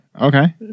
Okay